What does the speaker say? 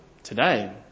today